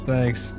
Thanks